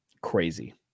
Crazy